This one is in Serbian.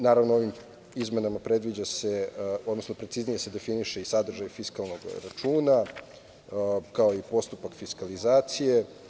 Naravno, ovim izmenama preciznije se definiše sadržaj fiskalnog računa, kao i postupak fiskalizacije.